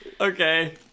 Okay